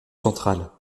centrale